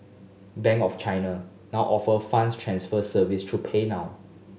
Bank of China now offer funds transfer service through PayNow